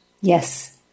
Yes